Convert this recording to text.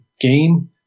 game